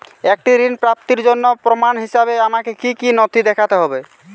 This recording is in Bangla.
একটি ঋণ প্রাপ্তির জন্য প্রমাণ হিসাবে আমাকে কী কী নথি দেখাতে হবে?